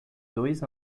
dois